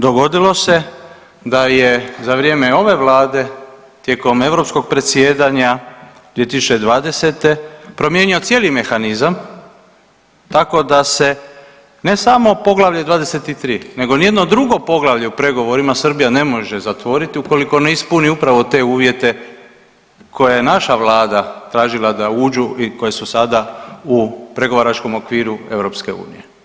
Dogodilo se da je za vrijeme ove vlade tijekom europskog predsjedanja 2020. promijenio cijeli mehanizam tako da se ne samo Poglavlje 23 nego nijedno drugo poglavlje u pregovorima Srbija ne može zatvoriti ukoliko ne ispuni upravo te uvjete koje je naša vlada tražila da uđu i koje su sada u pregovaračkom okviru EU.